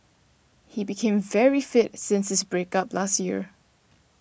he became very fit ever since his break up last year